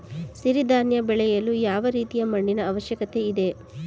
ಸಿರಿ ಧಾನ್ಯ ಬೆಳೆಯಲು ಯಾವ ರೀತಿಯ ಮಣ್ಣಿನ ಅವಶ್ಯಕತೆ ಇದೆ?